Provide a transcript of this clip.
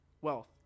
wealth